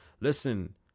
listen